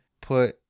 put